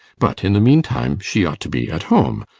but in the meantime, she ought to be at home,